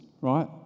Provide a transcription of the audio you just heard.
right